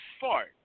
fart